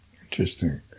interesting